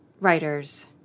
writers